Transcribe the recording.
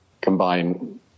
combine